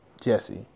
Jesse